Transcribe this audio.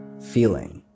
feeling